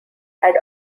had